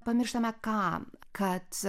pamirštame ką kad